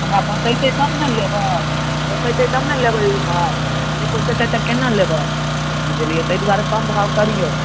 हमरा पोसैतै तब ने लेबै पोसैतै तब ने लेबै ओ भाव आ नहि पोसैतै तऽ केना लेबै बुझलियै ताहि दुआरे कम भाव करियौ